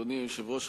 אדוני היושב-ראש,